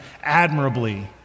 admirably